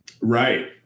Right